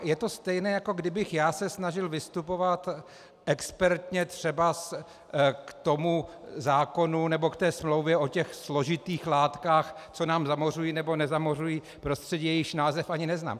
Je to stejné, jako kdybych já se snažil vystupovat expertně třeba k zákonu nebo k té smlouvě o těch složitých látkách, co nám zamořují nebo nezamořují prostředí a jejichž název ani neznám.